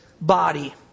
body